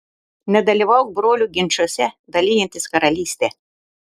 nedalyvauk brolių ginčuose dalijantis karalystę